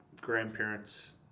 grandparents